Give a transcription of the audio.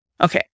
Okay